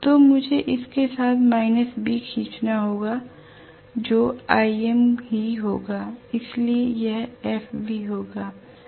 तो मुझे इसके साथ B खींचना होगा जो Im ही होगा इसलिए यह FBहोगा